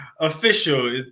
official